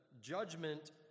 judgment